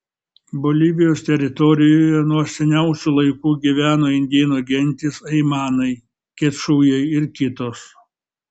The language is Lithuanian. bolivijos teritorijoje nuo seniausių laikų gyveno indėnų gentys aimanai kečujai ir kitos